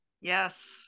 Yes